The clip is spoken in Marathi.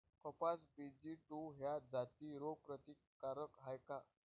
कपास बी.जी टू ह्या जाती रोग प्रतिकारक हाये का?